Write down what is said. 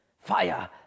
Fire